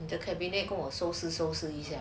你的 cabinet 跟我收拾收拾一下